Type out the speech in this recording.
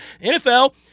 NFL